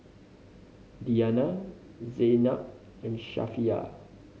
Diyana Zaynab and Safiya